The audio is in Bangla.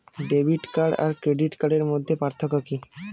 ডেবিট কার্ড আর ক্রেডিট কার্ডের মধ্যে পার্থক্য কি?